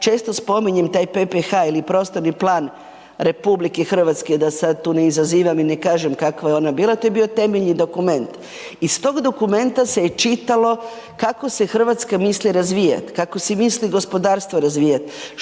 često spominjem PPH ili prostorni plan RH, da sad tu ne izazivam i ne kažem kakva je ona bila, to je bio temeljni dokument. Iz tog dokumenta se je čitalo kako se Hrvatska misli razvijati, kako si misli gospodarstvo razvijati,